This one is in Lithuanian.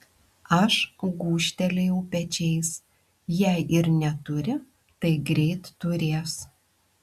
aš gūžtelėjau pečiais jei ir neturi tai greit turės